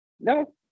no